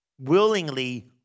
willingly